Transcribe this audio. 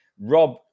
Rob